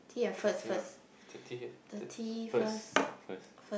thirtieth thirteen thir~ first first